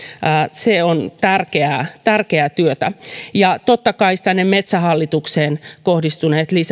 se on tärkeää tärkeää työtä ja totta kai metsähallitukseen kohdistuneet